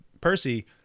Percy